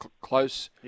close